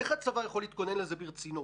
איך הצבא יכול להתכונן לזה ברצינות?